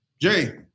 Jay